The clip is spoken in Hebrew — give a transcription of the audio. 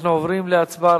אנחנו עוברים להצבעה.